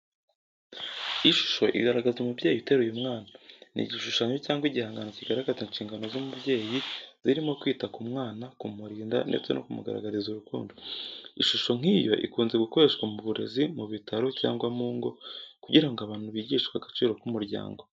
Ishusho igaragaza umubyeyi uteruye umwana ni igishushanyo cyangwa igihangano kigaragaza inshingano z'umubyeyi, zirimo kwita ku mwana, kumurinda ndetse no kumugaragariza urukundo. Ishusho nk'iyo ikunze gukoreshwa mu burezi, mu bitaro, cyangwa mu ngo, kugira ngo abantu bigishwe agaciro k'umuryango.